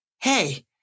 hey